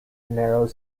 narrows